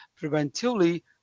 preventively